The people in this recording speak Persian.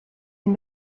این